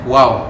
Wow